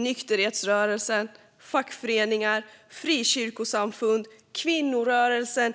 Nykterhetsrörelsen, fackföreningar, frikyrkosamfund, kvinnorörelsen,